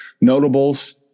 notables